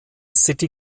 city